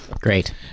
Great